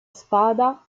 spada